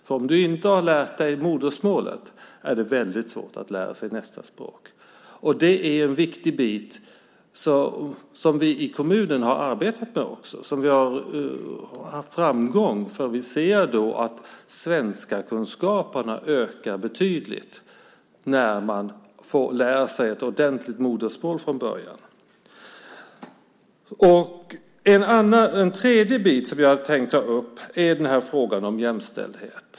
För den som inte har lärt sig modersmålet är det väldigt svårt att lära sig nästa språk. Det är en viktig bit som vi i kommunen också har arbetat med och som vi har haft framgång med. Vi ser ju att svenskkunskaperna ökar betydligt när man från början ordentligt lärt sig modersmålet. En tredje bit som jag hade tänkt ta upp är frågan om jämställdhet.